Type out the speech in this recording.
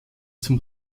zum